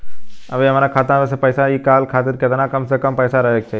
अभीहमरा खाता मे से पैसा इ कॉल खातिर केतना कम से कम पैसा रहे के चाही?